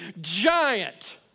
giant